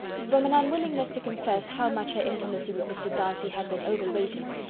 from an unwillingness to confess how much her intimacy with mr. darcy had been over-rated,